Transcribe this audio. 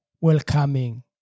welcoming